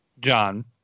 John